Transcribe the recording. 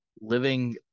living